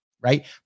right